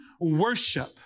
worship